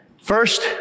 First